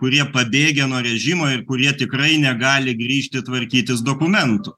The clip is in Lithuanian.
kurie pabėgę nuo režimo ir kurie tikrai negali grįžti tvarkytis dokumentų